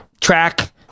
track